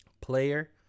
player